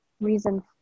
reason